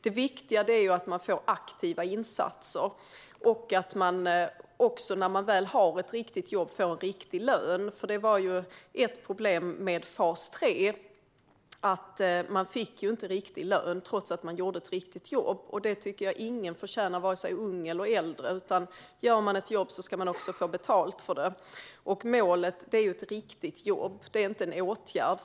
Det viktiga är att man får aktiva insatser och att man när man väl har ett riktigt jobb får en riktig lön. Ett problem med fas 3 var just att man inte fick riktig lön trots att man gjorde ett riktigt jobb. Ingen förtjänar det, vare sig man är ung eller äldre, utan gör man ett jobb ska man få betalt för det. Målet är ett riktigt jobb, inte en åtgärd.